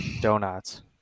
donuts